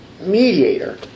mediator